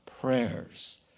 prayers